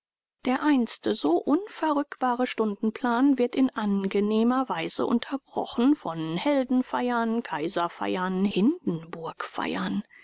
der einst so unverrückbare stundenplan wird in angenehmer weise unterbrochen von heldenfeiern kaiserfeiern